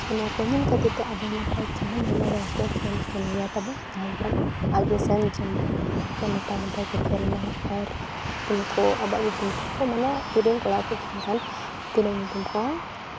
ᱚᱱᱟᱠᱚ ᱧᱮᱞ ᱠᱷᱟᱹᱛᱤᱨ ᱛᱮ ᱟᱵᱚ ᱱᱟᱯᱟᱭ ᱨᱟᱥᱴᱨᱚ ᱠᱷᱮᱞ ᱡᱟᱦᱟᱸ ᱞᱮᱠᱟ ᱱᱟᱯᱟᱭ ᱱᱟᱯᱟᱭ ᱠᱚ ᱠᱷᱮᱞ ᱢᱟ ᱟᱨ ᱛᱳ ᱩᱱᱠᱩ ᱟᱵᱚᱣᱟᱜ ᱧᱩᱛᱩᱢ ᱛᱮᱠᱚ ᱢᱟᱱᱮ ᱟᱛᱳ ᱨᱮᱱ ᱠᱚᱲᱟ ᱠᱚᱠᱚ ᱠᱷᱮᱞ ᱠᱟᱱ ᱠᱚ